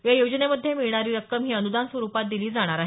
या योजनेमध्ये मिळणारी रक्कम ही अनुदान स्वरूपात दिली जाणार आहे